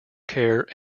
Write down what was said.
care